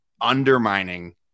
undermining